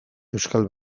euskal